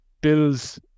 Bills